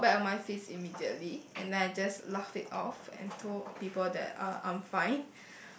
ya I got back on my feet immediately and then I just laugh it off and told people that uh I'm fine